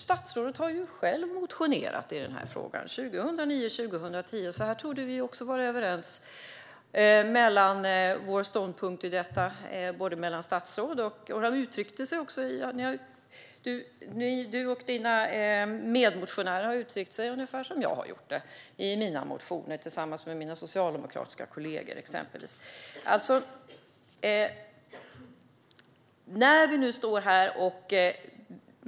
Statsrådet har ju själv motionerat i denna fråga, 2009-2010, så vi torde vara överens när det gäller detta. Du, Tomas Eneroth, och dina medmotionärer har uttryckt er ungefär som jag har uttryckt mig i mina motioner, exempelvis tillsammans med mina socialdemokratiska kollegor. Nu står vi här.